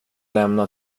lämna